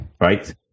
Right